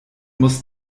muss